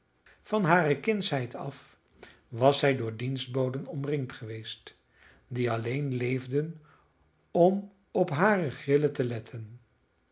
van hare kindsheid af was zij door dienstboden omringd geweest die alleen leefden om op hare grillen te letten